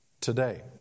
today